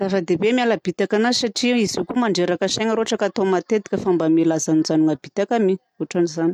Zava-dehibe miala bitaka anazy satria izy koa mandreraka saina raha ohatra ka atao matetika fa mila hajanonjanona bitaka mi otran'izany.